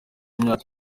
imyaka